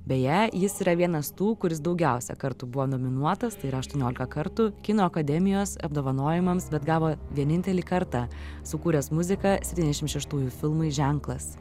beje jis yra vienas tų kuris daugiausia kartų buvo nominuotas tai yra aštuoniolika kartų kino akademijos apdovanojimams bet gavo vienintelį kartą sukūręs muziką septyniasdešim šeštųjų filmui ženklas